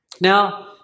Now